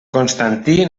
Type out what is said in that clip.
constantí